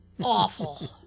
awful